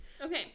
okay